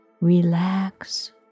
Relax